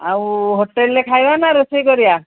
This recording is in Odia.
ଆଉ ହୋଟେଲ୍ରେ ଖାଇବା ନା ରୋଷେଇ କରିବା